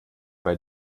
bei